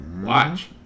watch